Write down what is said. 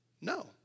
No